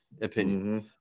opinion